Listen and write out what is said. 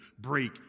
break